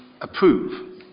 approve